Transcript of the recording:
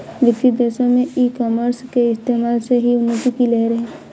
विकसित देशों में ई कॉमर्स के इस्तेमाल से ही उन्नति की लहर है